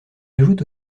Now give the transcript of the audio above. ajoutent